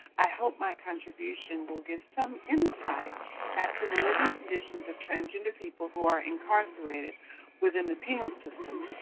i hope my contribution will give some insight as to the living conditions of transgender people who are incarcerated within the penal system,